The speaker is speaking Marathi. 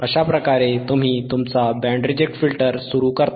अशा प्रकारे तुम्ही तुमचा बँड रिजेक्ट फिल्टर सुरू करता